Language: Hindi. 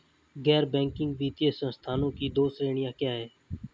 गैर बैंकिंग वित्तीय संस्थानों की दो श्रेणियाँ क्या हैं?